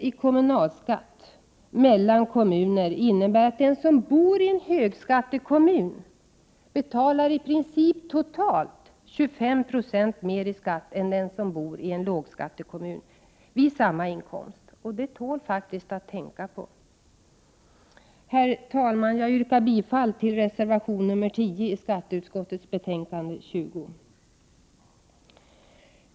i kommunalskatt mellan kommuner innebär att den som bor i en högskattekommun i princip betalar totalt 25 26 mer i skatt än den som bor i en lågskattekommun vid samma inkomst. Det tål att tänka på. Herr talman! Jag yrkar bifall till reservation nr 10 i skatteutskottets betänkande 20.